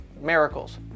miracles